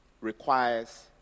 requires